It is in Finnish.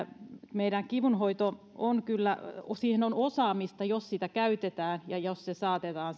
meidän kivunhoito on kyllä siihen on osaamista jos sitä käytetään ja jos se saatetaan